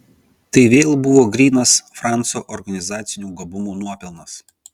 tai vėl buvo grynas franco organizacinių gabumų nuopelnas